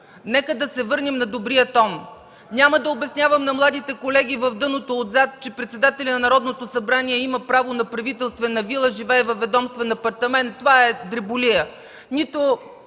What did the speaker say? нека да се върнем на добрия тон. Няма да обяснявам на младите колеги в дъното отзад, че председателят на Народното събрание има право на правителствена вила, живее във ведомствен апартамент. Това е дреболия.